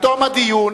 בתום הדיון